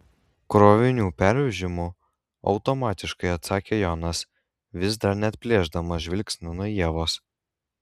krovinių pervežimu automatiškai atsakė jonas vis dar neatplėšdamas žvilgsnio nuo ievos